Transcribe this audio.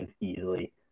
easily